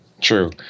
True